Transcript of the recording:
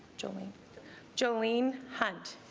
jolene jolene hunt